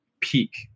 peak